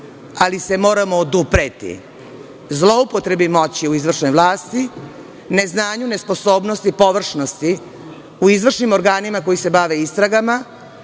ali se moramo odupreti zloupotrebi moći u izvršnoj vlasti, ne znanju, nesposobnosti, površnosti u izvršnim organima koji se bave istragama,